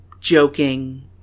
joking